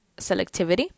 selectivity